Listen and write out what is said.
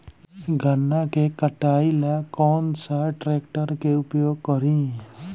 गन्ना के कटाई ला कौन सा ट्रैकटर के उपयोग करी?